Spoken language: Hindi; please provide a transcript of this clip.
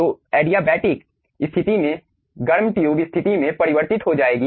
तो एडियाबेटिक स्थिति से गर्म ट्यूब स्थिति में परिवर्तित हो जाएगी